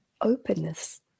openness